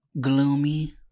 gloomy